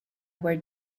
were